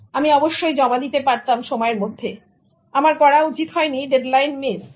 আমি অবশ্যই জমা দিতে পারতাম সময়ের মধ্যে আমার করা উচিত হয়নি ডেডলাইন মিস করা